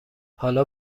حالا